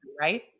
right